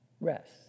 rest